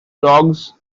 dogs